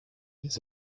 his